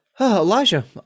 Elijah